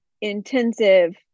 intensive